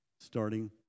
starting